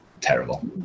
terrible